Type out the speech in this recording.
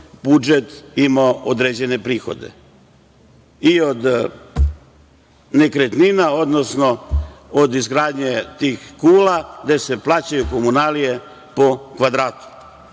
ima određene prihode i od nekretnina, odnosno od izgradnje tih kula gde se plaćaju komunalije po kvadratu. Ne